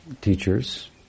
teachers